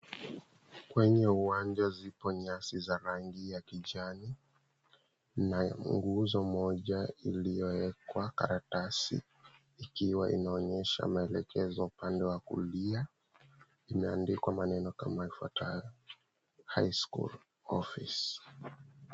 Kwenye uwanja zipo nyasi za rangi ya kijani na nguzo moja iliyoekwa karatasi ikiwa inaonyesha maelekezo upande wa kulia. Imeandikwa maneno kama ifuatayo, "High School Office".